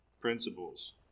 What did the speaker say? principles